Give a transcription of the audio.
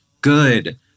good